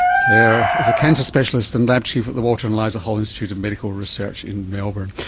clare is a cancer specialist and lab chief at the walter and eliza hall institute of medical research in melbourne.